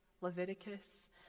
Leviticus